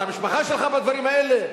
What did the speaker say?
את המשפחה שלך בדברים האלה?